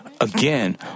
Again